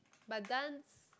but dance